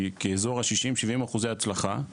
כי אזור ה-60 או 70 אחוזי הצלחה,